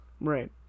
right